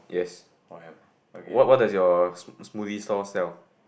oh have okay